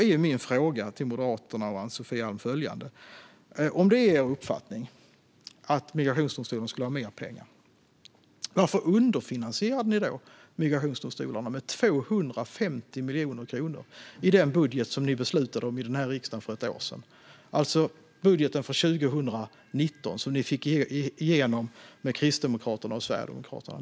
Om det är Moderaternas uppfattning, Ann-Sofie Alm, att migrationsdomstolarna ska ha mer pengar, varför underfinansierade ni migrationsdomstolarna med 250 miljoner kronor i den budget som ni beslutade om i riksdagen för ett år sedan? Det gällde alltså budgeten för 2019 som ni fick igenom med hjälp av Kristdemokraterna och Sverigedemokraterna.